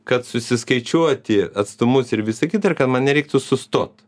kad susiskaičiuoti atstumus ir visa kita ir man nereiktų sustot